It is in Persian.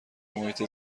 محیط